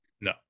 No